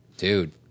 Dude